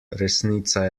resnica